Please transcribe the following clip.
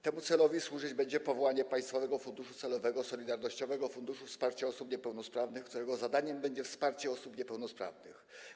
Temu celowi będzie służyć powołanie państwowego funduszu celowego - Solidarnościowego Funduszu Wsparcia Osób Niepełnosprawnych, którego zadaniem będzie wsparcie osób niepełnosprawnych.